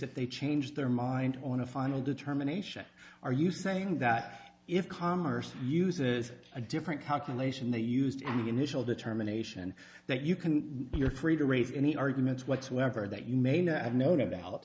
if they change their mind on a final determination are you saying that if commerce uses a different calculation they used any initial determination that you can you're free to raise any arguments whatsoever that you may not have known about